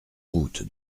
route